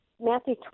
Matthew